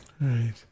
right